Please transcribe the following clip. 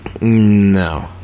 No